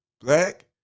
black